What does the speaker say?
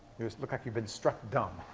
you look like you've been struck dumb.